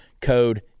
code